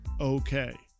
okay